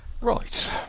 Right